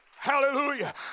Hallelujah